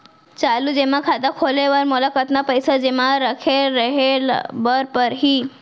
चालू जेमा खाता खोले बर मोला कतना पइसा जेमा रखे रहे बर पड़ही?